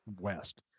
west